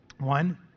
One